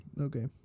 Okay